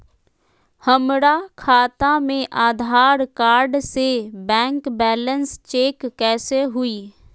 हमरा खाता में आधार कार्ड से बैंक बैलेंस चेक कैसे हुई?